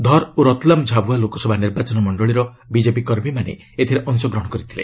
ଧର୍ ଓ ରତ୍ଲାମ୍ ଝାବୁଆ ଲୋକସଭା ନିର୍ବାଚନ ମଣ୍ଡଳୀର ବିଜେପି କର୍ମୀମାନେ ଏଥିରେ ଅଂଶଗ୍ରହଣ କରିଥିଲେ